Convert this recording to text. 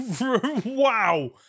Wow